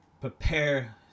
prepare